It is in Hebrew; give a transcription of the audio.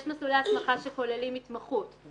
יש מסלולי הסמכה שכוללים התמחות,